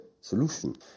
solution